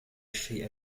الشيء